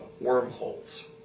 wormholes